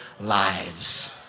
lives